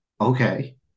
okay